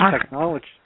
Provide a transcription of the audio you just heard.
technology